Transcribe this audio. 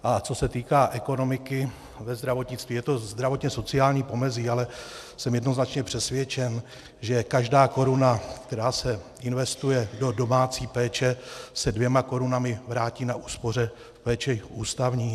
A co se týká ekonomiky ve zdravotnictví, je to zdravotněsociální pomezí, ale jsem jednoznačně přesvědčen, že každá koruna, která se investuje do domácí péče, se dvěma korunami vrátí na úspoře v péči ústavní.